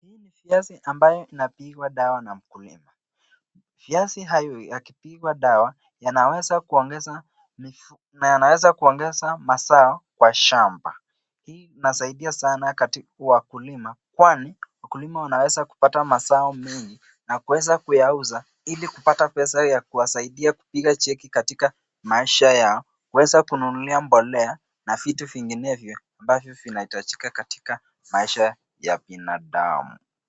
Hii ni viazi ambayo inapigwa dawa na mkulima. Viazi hivi yakipigwa dawa yanaweza kuongeza mazao kwa shamba. Hii inasaidia sana katika ukulima kwani wakulima wanaweza kupata mazao mengi na kuweza kuyauza ili kupata pesa ya kuwasaidia kupiga cheki katika maisha yao, Kuweza kununulia mbolea na vitu vinginevyo ambvyo vinahitajika katika maisha ya binadamu.